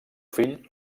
fill